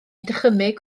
dychymyg